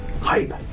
Hype